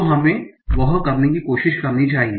तो हमें वह करने की कोशिश करनी चाहिए